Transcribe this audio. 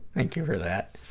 thank you for that.